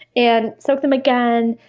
and soak them again,